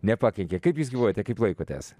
nepakenkė kaip jūs gyvuojate kaip laikotės